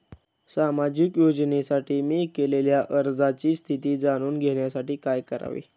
सामाजिक योजनेसाठी मी केलेल्या अर्जाची स्थिती जाणून घेण्यासाठी काय करावे?